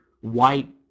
white